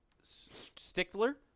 stickler